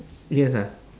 yes ah